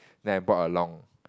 then I bought a long